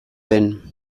den